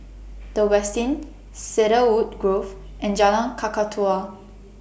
The Westin Cedarwood Grove and Jalan Kakatua